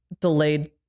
delayed